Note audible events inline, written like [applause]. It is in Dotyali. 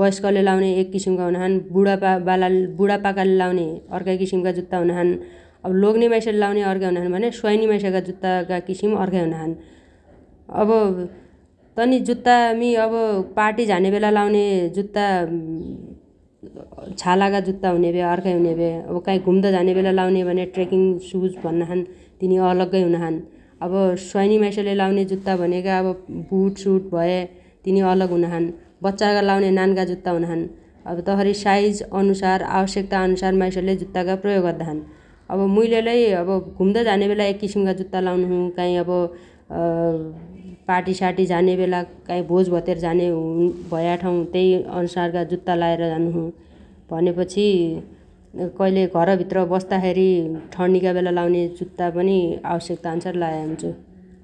वयस्कले लाउने एक किसिमगा हुनाछन् । बुडाबाला बुडापाकाले लाउन्या अर्काइ किसिमगा जुत्ता हुनाछन् । अब लोग्ने माइसले लाउन्या अर्काइ हुनाछन् भन्या स्वाइनी माइसगा जुत्तागा किसिम अर्खाइ हुनाछन् । अब [hesitation] तनि जुत्तामी अब पार्टी झान्याबेला लाउने जुत्ता [hesitation] छालागा जुत्ता हुन्या भ्या अर्खाइ हुन्या भ्या । अब काइ [noise] घुम्द झान्या बेला लाउन्या भन्ने ट्रेकिङ सुज भन्नाछन् तिनी अलग्गै हुनाछन् । अब स्वाइनी माइसले लाउन्या जुत्ता भनेगा अब बुट सुट भया तिनी अलग हुनाछन् । बच्चागा लाउन्या नान्गा जुत्ता हुनाछन् । हो तसरी साइज अनुसार आवश्यकताअनुसार माइसले जुत्तागा प्रयोग अद्दाछन् । अब मुइलेलै अब घुम्द झानेबेला एक किसिमगा जुत्ता लाउनोछु । काइ अब [hesitation] पार्टी सार्टी झानेबेला काइ भोजभतेर झाने [hesitation] भया ठाउ त्यैअन्सारगा जुत्ता लाएर झानोछु । भनेपछि कैलै घरभित्र बस्ताखेरी ठण्नीगा बेला लाउन्या जुत्ता पनि आवश्यकताअन्सार लाया हुन्छु ।